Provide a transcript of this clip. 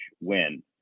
win